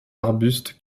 arbustes